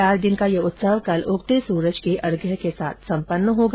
चार दिन का यह उत्सव कल उगते सूरज को अर्घ्य के साथ सम्पन्न होगा